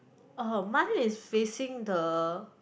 mmhmm mine is facing the